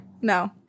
No